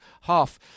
half